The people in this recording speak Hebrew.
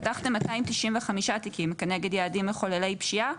פתחתם 295 תיקים כנגד יעדים מחוללי פשיעה.